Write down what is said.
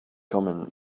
common